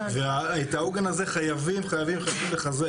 את העוגן הזה חייבים לחזק,